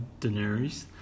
Daenerys